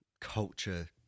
culture